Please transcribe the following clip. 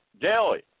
daily